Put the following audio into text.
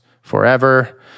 forever